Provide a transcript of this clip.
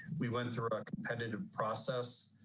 we went through a competitive process.